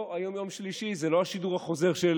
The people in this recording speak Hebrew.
לא, היום יום שלישי, זה לא השידור החוזר של